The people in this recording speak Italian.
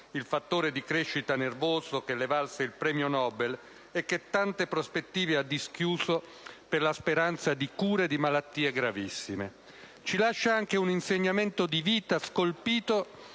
il fattore di crescita nervoso che le valse il premio Nobel e che tante prospettive ha dischiuso per la speranza di cura di malattie gravissime. Ci lascia anche un insegnamento di vita scolpito